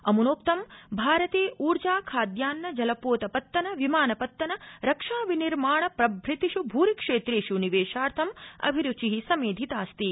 अम्नोक्त भारते ऊर्जा खाद्यान्न जलपोतपत्तन विमानपत्तन रक्षाविनिर्माण प्रभृतिष् भृरिक्षेत्रेष् निवेशार्थमभिरूचि समेधितास्ति